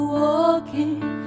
walking